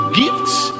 gifts